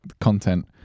content